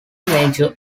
major